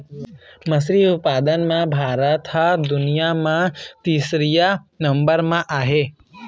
मछरी उत्पादन म भारत ह दुनिया म तीसरइया नंबर म आहे